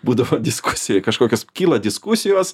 būdavo diskusija kažkokios kyla diskusijos